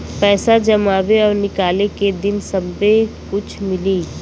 पैसा जमावे और निकाले के दिन सब्बे कुछ मिली